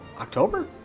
October